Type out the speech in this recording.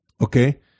Okay